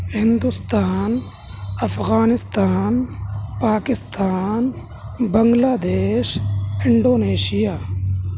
Hindustan Afghanistan Pakistan Bangladesh Indonesia